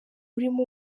urimo